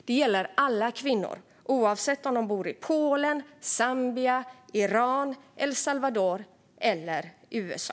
Detta gäller alla kvinnor, oavsett om de bor i Polen, Zambia, Iran, El Salvador eller USA.